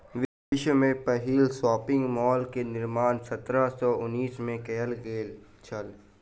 विश्व में पहिल स्पिनिंग म्यूल के निर्माण सत्रह सौ उनासी में कयल गेल छल